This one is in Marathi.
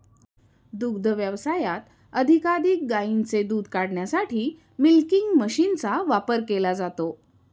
दुग्ध व्यवसायात अधिकाधिक गायींचे दूध काढण्यासाठी मिल्किंग मशीनचा वापर केला जातो